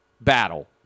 battle